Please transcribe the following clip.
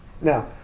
Now